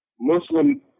Muslim